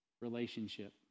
relationship